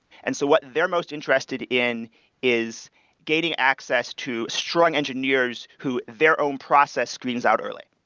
and so what they're most interested in is getting access to strong engineers who their own process screens out early.